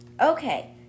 Okay